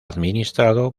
administrado